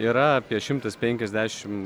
yra apie šimtas penkiasdešim